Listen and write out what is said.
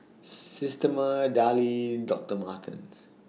Systema Darlie Doctor Martens